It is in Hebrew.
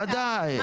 ודאי,